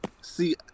see